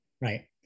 Right